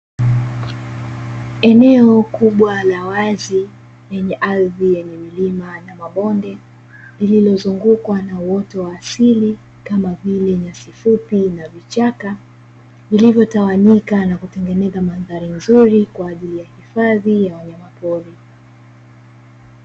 Eneo kubwa la wazi lenye ardhi yenye milima na mabonde, lililozungukwa na uoto wa asili kama vile; nyasi fupi na vichaka vilivyotawanyika na kutengeneza mandhari nzuri, kwa ajili ya hifadhi ya wanyamapori.